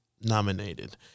nominated